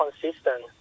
consistent